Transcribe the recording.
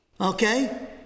okay